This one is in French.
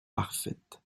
parfaite